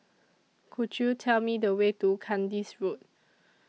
Could YOU Tell Me The Way to Kandis Road